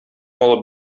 алып